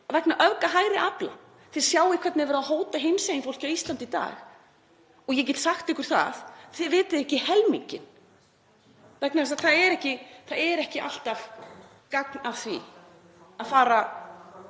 vegna öfga hægri afla. Þið sjáið hvernig er verið að hóta hinsegin fólki á Íslandi í dag. Og ég get sagt ykkur að þið vitið ekki helminginn vegna þess að það er ekki alltaf gagn að því að